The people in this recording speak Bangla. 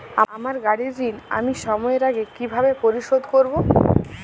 আমার গাড়ির ঋণ আমি সময়ের আগে কিভাবে পরিশোধ করবো?